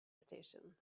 station